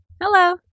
hello